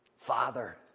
Father